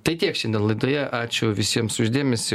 tai tiek šiandien laidoje ačiū visiems už dėmesį